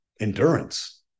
endurance